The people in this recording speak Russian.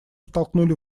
втолкнули